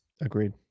Agreed